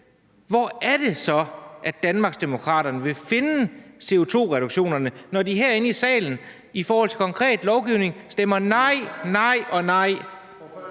hvor det så er, Danmarksdemokraterne vil finde CO2-reduktionerne, når de herinde i salen i forhold til konkret lovgivning stemmer nej, nej og nej?